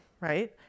right